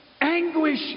anguish